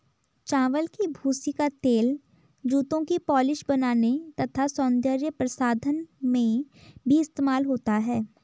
चावल की भूसी का तेल जूतों की पॉलिश बनाने तथा सौंदर्य प्रसाधन में भी इस्तेमाल होता है